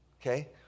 Okay